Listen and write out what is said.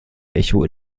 echo